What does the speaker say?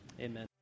Amen